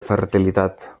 fertilitat